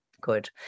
good